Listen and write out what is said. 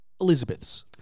Elizabeth's